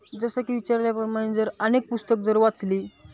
जसं की विचारल्याप्रमाणे जर अनेक पुस्तक जर वाचली